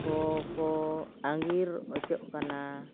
ᱠᱚᱠᱚ ᱟᱸᱜᱤᱨ ᱦᱚᱪᱚᱜ ᱠᱟᱱᱟ